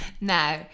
Now